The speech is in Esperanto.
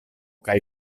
kaj